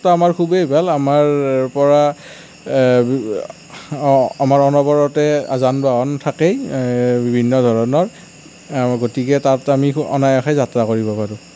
যাতায়াত ব্যৱস্থাটো আমাৰ খুবেই ভাল আমাৰ পৰা আমাৰ অনবৰতে যান বাহন থাকেই বিভিন্ন ধৰণৰ গতিকে তাত আমি অনায়াসে যাত্ৰা কৰিব পাৰোঁ